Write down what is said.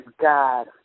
God